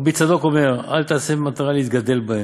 רבי צדוק אומר, אל תעשם עטרה להתגדל בהם,